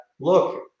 look